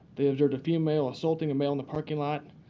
they observed a female assaulting a male in the parking lot.